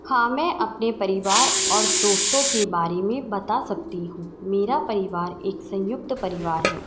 हाँ मैं अपने परिवार और दोस्तों के बारे में बता सकती हूँ मेरा परिवार एक संयुक्त परिवार है